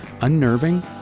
unnerving